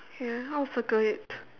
ya I'll circle it